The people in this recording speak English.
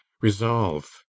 resolve